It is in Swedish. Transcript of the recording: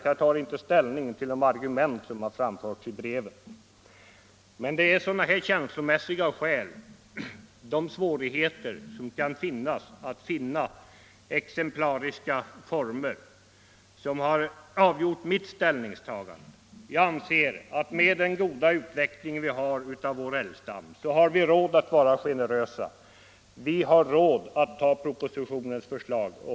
Jag tar inte ställning till de argument som har framförts i breven, men det är sådana här känslomässiga skäl och svårigheterna att finna exemplariska jaktformer som har avgjort mitt ställningstagande. Jag anser att med den goda utveckling vi ser hos vår älgstam har vi råd att vara generösa, har vi råd att ta propositionens förslag.